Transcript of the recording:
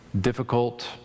difficult